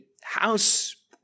house